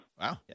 Wow